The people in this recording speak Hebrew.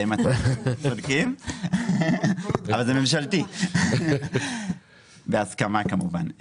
אתם צודקים, אבל זה ממשלתי, בהסכמה כמובן.